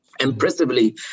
impressively